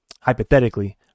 hypothetically